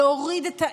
להוריד את האש,